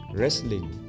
Wrestling